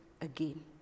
again